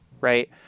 right